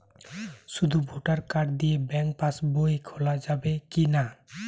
শুধু voter card দিয়ে bank pass বই খোলা যাবে কিনা?